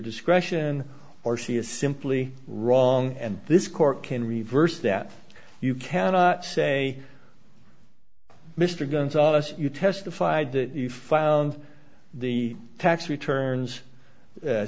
discretion or she is simply wrong and this court can reverse that you cannot say mr gonzales you testified that you found the tax returns